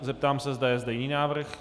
Zeptám se, zda je zde jiný návrh...